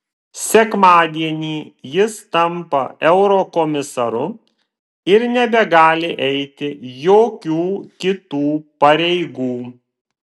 sekmadienį jis tampa eurokomisaru ir nebegali eiti jokių kitų pareigų